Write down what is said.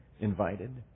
invited